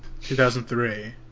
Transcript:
2003